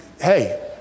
hey